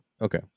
Okay